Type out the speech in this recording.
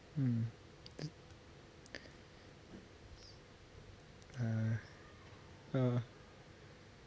mm ah ah